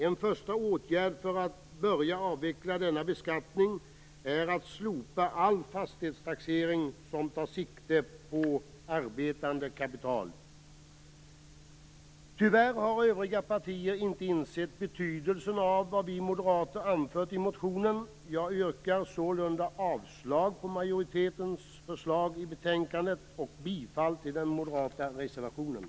En första åtgärd för att börja avveckla denna beskattning är att slopa all fastighetstaxering som tar sikte på arbetande kapital. Tyvärr har övriga partier inte insett betydelsen av vad vi moderater anfört i motionen. Jag yrkar sålunda avslag på majoritetens förslag i betänkandet och bifall till den moderata reservationen.